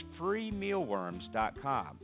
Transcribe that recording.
freemealworms.com